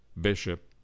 bishop